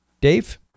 dave